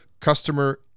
customer